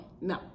no